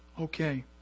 Okay